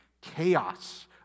chaos